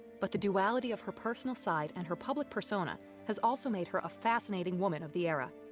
but the duality of her personal side and her public persona has also made her a fascinating woman of the era.